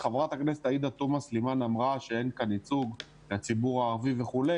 חברת הכנסת עאידה תומא סלימאן אמרה שאין כאן ייצוג לציבור הערבי וכו'.